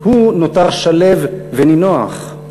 הוא נותר שלו ונינוח,